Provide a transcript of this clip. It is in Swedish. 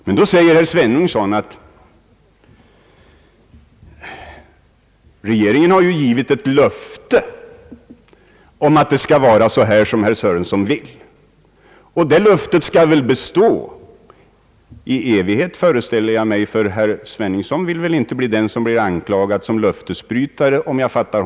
Men så säger herr Sveningsson att regeringen givit ett löfte om att frågan skall lösas på det sätt herr Sörenson vill. Det löftet skall väl bestå i evighet, föreställer jag mig, ty herr Sveningsson vill tydligen inte bli anklagad för att vara löftesbrytare.